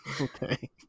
Okay